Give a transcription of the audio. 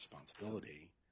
responsibility